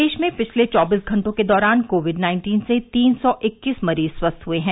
प्रदेश में पिछले चौबीस घंटों के दौरान कोविड नाइन्टीन से तीन सौ इक्कीस मरीज स्वस्थ हुए हैं